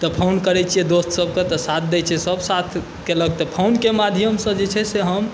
तऽ फोन करै छिए दोस्त सबके तऽ साथ दै छै सब साथ केलक तऽ फोनके माध्यमसँ जे छै से हम